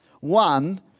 One